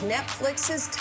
Netflix's